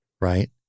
right